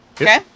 Okay